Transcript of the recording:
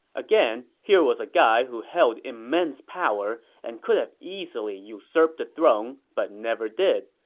again, here was a guy who held immense power and could have easily usurped the throne but never did,